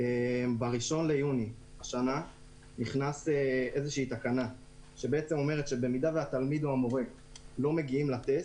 ב-1 ביוני 2020 נכנסה תקנה שבמידה והתלמיד או המורה לא מגיעים לטסט,